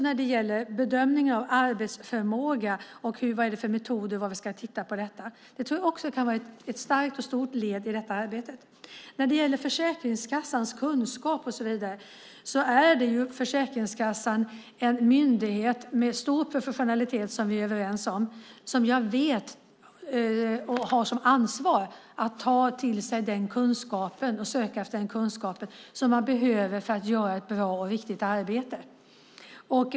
När det gäller bedömningen av arbetsförmåga, metoder och hur vi ska titta på detta kan det också vara ett starkt och stort led i detta arbete. När det gäller Försäkringskassans kunskap och så vidare är ju Försäkringskassan en myndighet med stor professionalitet - det är vi överens om - och som har ansvaret att ta till sig och söka den kunskap som man behöver för att göra ett bra och viktigt arbete.